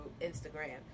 Instagram